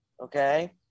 okay